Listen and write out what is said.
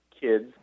kids